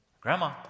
Grandma